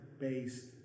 based